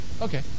Okay